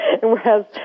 Whereas